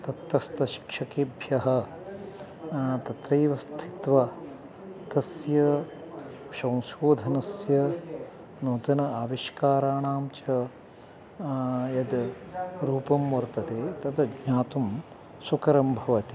तत्तस्त शिक्षकेभ्यः तत्रैव स्थित्वा तस्य शंशोधनस्य नूतन आविष्काराणां च यद्रूपं वर्तते तत् ज्ञातुं सुकरं भवति